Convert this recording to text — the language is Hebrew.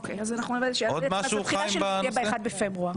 אם כן, התחילה של זה תהיה ב-1 בפברואר.